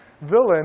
villain